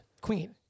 Queen